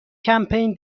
کمپین